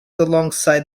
alongside